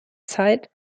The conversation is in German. zeit